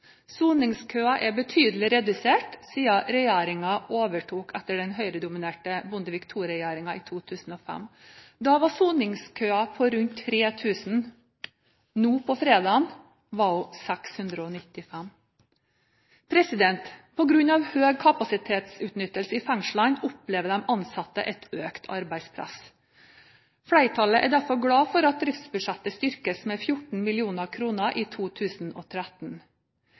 Soningskøen er betydelig redusert siden regjeringen overtok etter den høyredominerte Bondevik II-regjeringen i 2005. Da var soningskøen på rundt 3 000. Nå på fredag var den på 695. På grunn av høy kapasitetsutnyttelse i fengslene opplever de ansatte et økt arbeidspress. Flertallet er derfor glad for at driftsbudsjettet styrkes med 14 mill. kr i 2013.